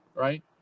right